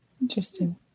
Interesting